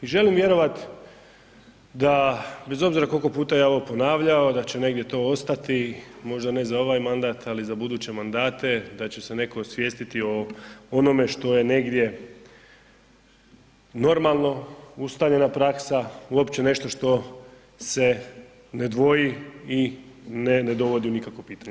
I želim vjerovati da bez obzira koliko puta ja ovo ponavljao da će negdje to ostati, možda ne za ovaj mandat, ali za buduće mandate, da će se netko osvijestiti o onome što je negdje normalno, ustaljena praksa uopće nešto što se ne dvoji i ne dovodi u nikakvo pitanje.